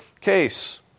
case